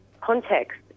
context